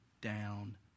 down